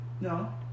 no